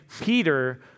Peter